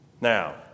Now